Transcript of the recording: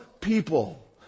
people